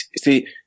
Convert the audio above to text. See